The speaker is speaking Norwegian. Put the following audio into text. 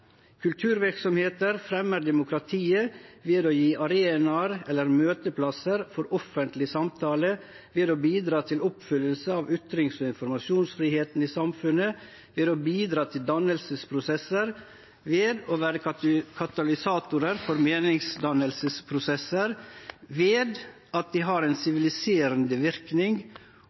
Kulturvirksomheter fremmer demokratiet ved å gi arenaer eller møteplasser for offentlig samtale, ved å bidra til oppfyllelse av ytrings- og informasjonsfriheten i samfunnet, ved å bidra til dannelsesprosesser, ved å være katalysatorer for meningsdannelsesprosesser, ved at de har en siviliserende virkning